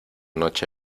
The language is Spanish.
noche